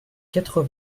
quatre